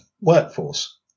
workforce